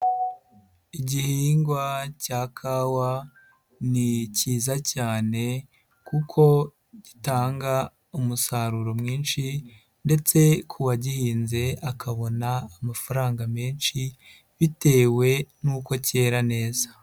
Igihingwa cya kawa ni cyiza cyane kuko gitanga umusaruro mwinshi ndetse ku wagihinze akabona amafaranga menshi bitewe n'uko cyera neza.